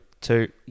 two